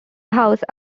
house